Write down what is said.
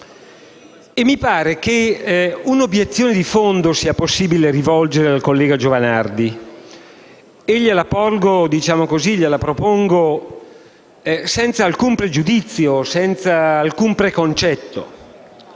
Mi pare che una obiezione di fondo sia possibile rivolgere al collega Giovanardi, e gliela propongo senza alcun pregiudizio o preconcetto.